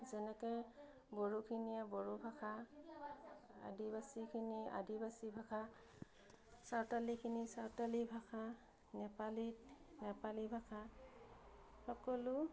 যেনেকৈ বড়োখিনিয়ে বড়ো ভাষা আদিবাসীখিনি আদিবাসী ভাষা চাওতালীখিনি চাওতালী ভাষা নেপালীত নেপালী ভাষা সকলো